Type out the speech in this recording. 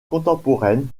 contemporaine